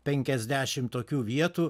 penkiasdešim tokių vietų